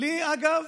אגב,